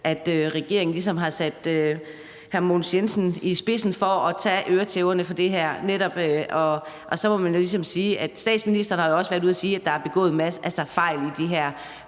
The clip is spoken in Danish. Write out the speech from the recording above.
at regeringen ligesom har sat hr. Mogens Jensen i spidsen for netop at tage øretæverne for det her. Og så må man jo ligesom også sige, at statsministeren har været ude at sige, at der er begået fejl på det her